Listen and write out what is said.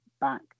back